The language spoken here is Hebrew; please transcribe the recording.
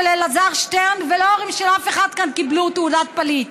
אלעזר שטרן ולא ההורים של אף אחד כאן קיבלו תעודת פליט